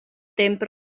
temp